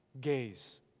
gaze